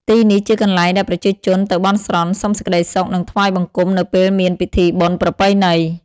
ទីនេះជាកន្លែងដែលប្រជាជនទៅបន់ស្រន់ សុំសេចក្ដីសុខ និងថ្វាយបង្គំនៅពេលមានពិធីបុណ្យប្រពៃណី។